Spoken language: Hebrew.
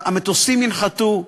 המטוסים ינחתו,